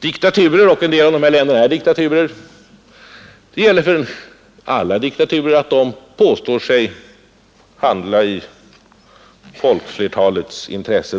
diktaturer — och en del av dessa länder är diktaturer — påstår sig handla i folkflertalets intresse.